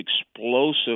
explosive